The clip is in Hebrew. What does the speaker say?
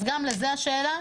אז גם לזה השאלה,